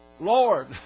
Lord